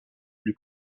lui